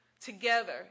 together